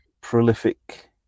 prolific